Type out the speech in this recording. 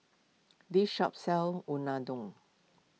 this shop sells Unadon